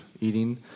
eating